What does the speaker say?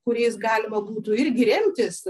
kuriais galima būtų irgi remtis